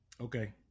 Okay